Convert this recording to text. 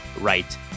right